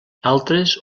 altres